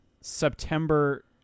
September